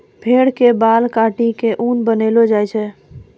भेड़ के बाल काटी क ऊन बनैलो जाय छै